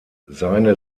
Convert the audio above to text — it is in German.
seine